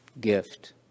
gift